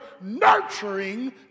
nurturing